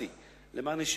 שאספתי למען הישיבה,